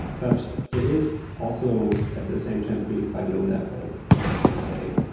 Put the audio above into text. but it is also at the same time really quite low-level as you say.